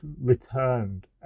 returned